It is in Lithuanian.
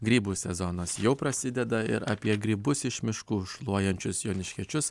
grybų sezonas jau prasideda ir apie grybus iš miškų šluojančius joniškiečius